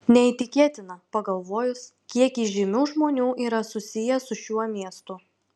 neįtikėtina pagalvojus kiek įžymių žmonių yra susiję su šiuo miestu